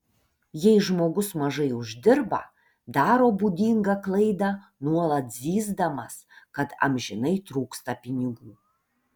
jei žmogus mažai uždirba daro būdingą klaidą nuolat zyzdamas kad amžinai trūksta pinigų